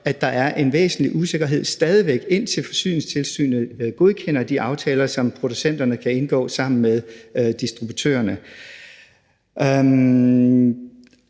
væk er en væsentlig usikkerhed, indtil Forsyningstilsynet godkender de aftaler, som producenterne kan indgå sammen med distributørerne.